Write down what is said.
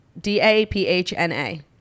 D-A-P-H-N-A